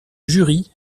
jury